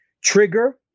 Trigger